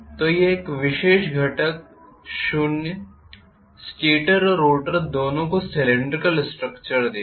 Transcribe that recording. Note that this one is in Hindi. तो यह विशेष घटक शून्य स्टेटर और रोटर दोनों को सीलिन्ड्रीकल स्ट्रक्चर देगा